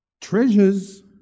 Treasures